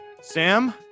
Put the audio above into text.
Sam